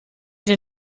den